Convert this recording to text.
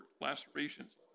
lacerations